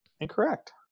incorrect